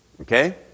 okay